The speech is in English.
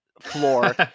floor